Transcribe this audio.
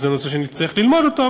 וזה נושא שנצטרך ללמוד אותו,